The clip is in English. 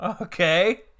okay